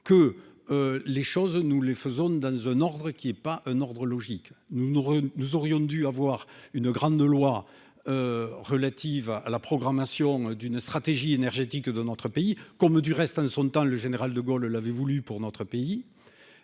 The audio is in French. que les choses, nous les faisons dans un ordre qui est pas un ordre logique, nous, nous, nous aurions dû avoir une grande loi relative à la programmation d'une stratégie énergétique de notre pays, comme du reste de son temps, le général de Gaulle l'avait voulu, pour notre pays